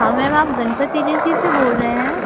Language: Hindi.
हाँ मैम आप गनपत एजेंसी से बोल रहें हैं